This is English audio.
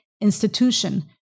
institution